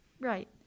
Right